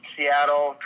Seattle